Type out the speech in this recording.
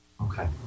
Okay